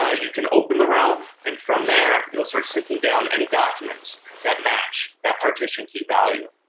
ah you can open the realm, and from there it will start synching down any documents that match that partition key value.